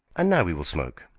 and now we will smoke.